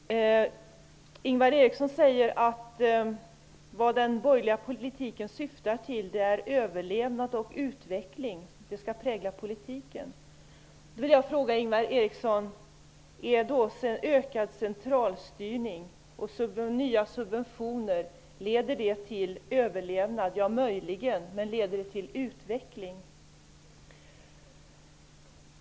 Herr talman! Ingvar Eriksson säger att den borgerliga politiken syftar till överlevnad och utveckling. Då vill jag fråga: Leder också ökad centralstyrning och nya subventioner till överlevnad? Ja, det gör det möjligen. Men leder det till utveckling?